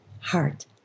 heart